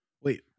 wait